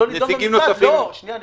השאלה היא